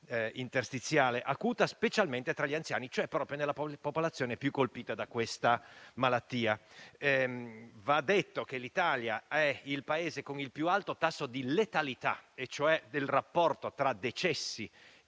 interstiziale acuta, specialmente tra gli anziani, cioè proprio nella popolazione più colpita da questa malattia. Va detto che l’Italia è il Paese con il più alto tasso di letalità (cioè del rapporto tra decessi